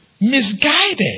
misguided